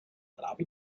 trabi